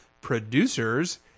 producers